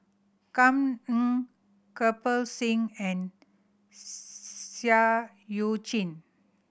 Kam Ning Kirpal Singh and Seah Eu Chin